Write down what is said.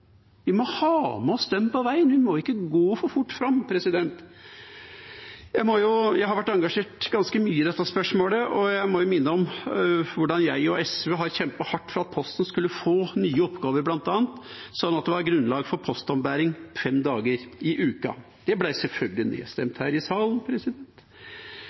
Vi må ha med oss dem på veien, vi må ikke gå for fort fram. Jeg har vært engasjert ganske mye i dette spørsmålet, og jeg må minne om hvordan jeg og SV har kjempet hardt for at Posten skulle få nye oppgaver, bl.a., sånn at det var grunnlag for postombæring fem dager i uka. Det ble selvfølgelig nedstemt her i salen.